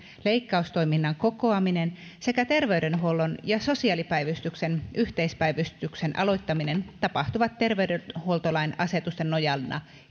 leikkaustoiminnan kokoaminen sekä terveydenhuollon ja sosiaalipäivystyksen yhteispäivystyksen aloittaminen tapahtuvat terveydenhuoltolain asetusten nojalla